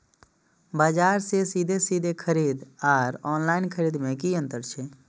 बजार से सीधे सीधे खरीद आर ऑनलाइन खरीद में की अंतर छै?